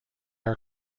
are